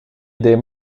des